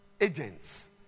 agents